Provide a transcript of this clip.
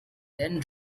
then